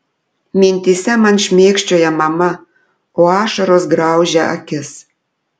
mintyse man šmėkščioja mama o ašaros graužia akis